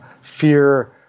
fear